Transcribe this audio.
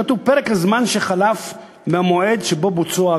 כתוב: "פרק הזמן שחלף מהמועד שבו בוצעו